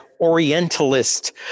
Orientalist